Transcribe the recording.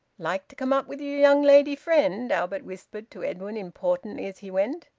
like to come up with your young lady friend? albert whispered to edwin importantly as he went.